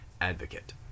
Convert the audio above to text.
advocate